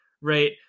right